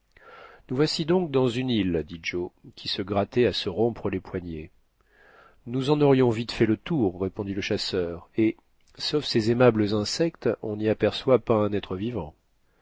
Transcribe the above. nous voici donc dans une île dit joe qui se grattait à se rompre les poignets nous en aurions vite fait le tour répondit le chasseur et sauf ces aimables insectes on n'y aperçoit pas un être vivant